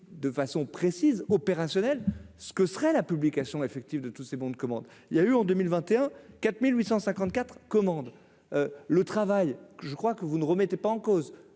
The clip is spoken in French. de façon précise opérationnel ce que serait la publication effective de tous ces bons de commande, il y a eu en 2021, 4854 commandes, le travail, je crois que vous ne remettait pas en cause,